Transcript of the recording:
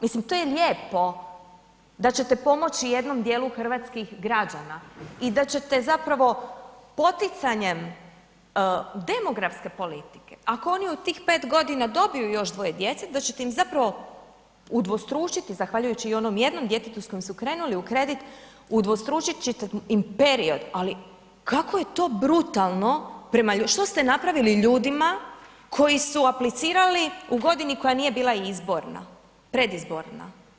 Mislim to je lijepo da ćete pomoći jednom dijelu hrvatskih građana i da ćete zapravo poticanjem demografske politike, ako oni u tih 5 godina dobiju još dvoje djece da ćete im zapravo udvostručiti zahvaljujući i onom jednom djetetu s kojim su krenuli u kredit, udvostručit ćete im period, ali kako je to brutalno prema, što ste napravili ljudima koji su aplicirali u godini koja nije bila izborna, predizborna.